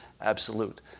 absolute